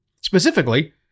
Specifically